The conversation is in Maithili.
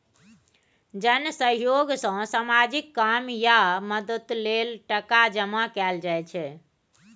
जन सहयोग सँ सामाजिक काम या मदतो लेल टका जमा कएल जाइ छै